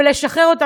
ולשחרר אותם,